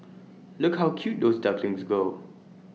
look how cute those ducklings go